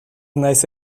naiz